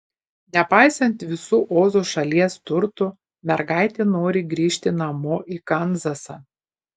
nepaisant visų ozo šalies turtų mergaitė nori grįžti namo į kanzasą